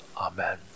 Amen